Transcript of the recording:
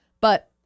But-